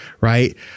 right